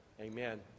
Amen